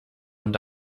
und